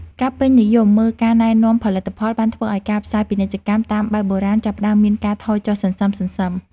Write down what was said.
ការពេញនិយមមើលការណែនាំផលិតផលបានធ្វើឱ្យការផ្សាយពាណិជ្ជកម្មតាមបែបបុរាណចាប់ផ្តើមមានការថយចុះសន្សឹមៗ។